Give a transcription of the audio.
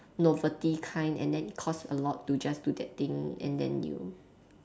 novelty kind and then it costs a lot to just do that thing and then you